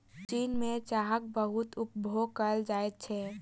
चीन में चाहक बहुत उपभोग कएल जाइत छै